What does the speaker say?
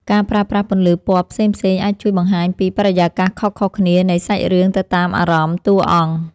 ការប្រើប្រាស់ពន្លឺពណ៌ផ្សេងៗអាចជួយបង្ហាញពីបរិយាកាសខុសៗគ្នានៃសាច់រឿងទៅតាមអារម្មណ៍តួអង្គ។